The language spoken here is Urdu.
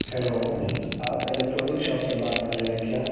ہیلو آپ الیکٹرانک شاپ سے بات کر رہے ہیں کیا